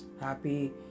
happy